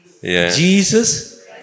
Jesus